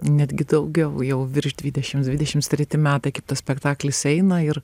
netgi daugiau jau virš dvidešimt dvidešimt treti metai kaip tas spektaklis eina ir